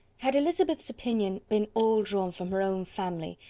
had elizabeth's opinion been all drawn from her own family,